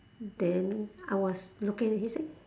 then I was looking and he say